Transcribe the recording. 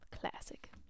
Classic